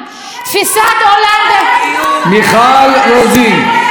תפיסת עולם, מיכל רוזין.